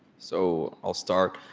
so i'll start.